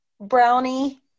brownie